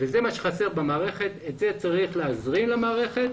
זה מה שחסר במערכת ואת זה צריך להזרים למערכת